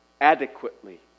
adequately